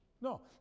No